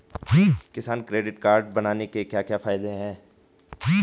किसान credit card बनाने के क्या क्या फायदे हैं?